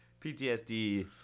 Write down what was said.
PTSD